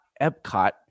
Epcot